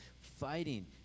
fighting